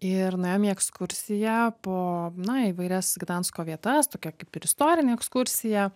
ir nuėjom į ekskursija po na įvairias gdansko vietas tokia kaip ir istorinė ekskursija